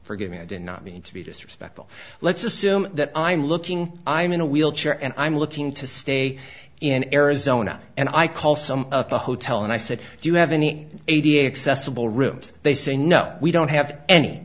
forgive me i did not mean to be disrespectful let's assume that i'm looking i'm in a wheelchair and i'm looking to stay in arizona and i call some of the hotel and i said do you have any eighty excessive ballrooms they say no we don't have any